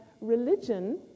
religion